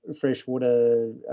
freshwater